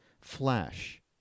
flash